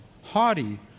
haughty